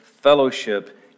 Fellowship